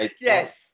Yes